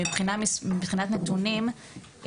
מבחינת נתונים,